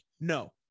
no